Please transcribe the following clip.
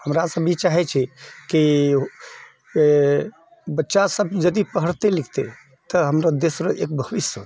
हमरा सब ई चाहै छी कि कि बच्चा सब यदि पढ़तै लिखतै तऽ हमरो देश रऽ एक भविष्य बढ़तै